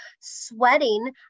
sweating